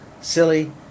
silly